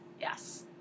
Yes